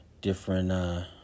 different